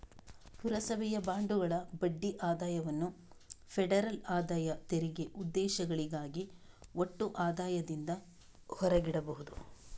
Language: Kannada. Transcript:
ಪುರಸಭೆಯ ಬಾಂಡುಗಳ ಬಡ್ಡಿ ಆದಾಯವನ್ನು ಫೆಡರಲ್ ಆದಾಯ ತೆರಿಗೆ ಉದ್ದೇಶಗಳಿಗಾಗಿ ಒಟ್ಟು ಆದಾಯದಿಂದ ಹೊರಗಿಡಬಹುದು